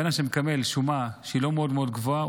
אדם שמקבל שומה שהיא לא מאוד מאוד גבוהה,